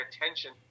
attention